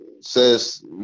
says